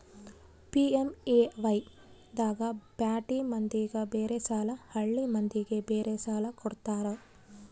PMAY ದಾಗ ಪ್ಯಾಟಿ ಮಂದಿಗ ಬೇರೆ ಸಾಲ ಹಳ್ಳಿ ಮಂದಿಗೆ ಬೇರೆ ಸಾಲ ಕೊಡ್ತಾರ